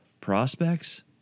prospects